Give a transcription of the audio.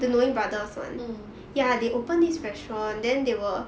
mm